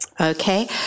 Okay